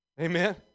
Amen